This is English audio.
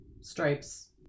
stripes